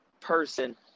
person